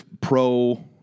pro